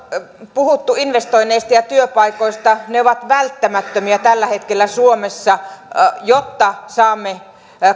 puhuttu investoinneista ja työpaikoista ne ovat välttämättömiä tällä hetkellä suomessa jotta saamme